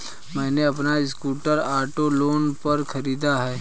मैने अपना scooter auto loan पर खरीदा है